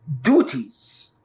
duties